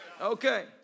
Okay